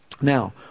Now